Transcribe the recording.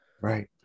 Right